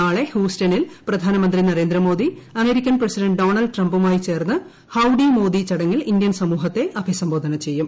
നാളെ ഹൂസ്റ്റണിൽ പ്രധാനമന്ത്രി നരേന്ദ്രമോദി അമേരിക്കൻ പ്രസിഡന്റ് ഡോണാൾഡ് ട്രംപുമായി ചേർന്ന് ഹൌഡി മോദി ചടങ്ങിൽ ഇന്ത്യൻ സമൂഹത്തെ അഭിസംബോധന ചെയ്യും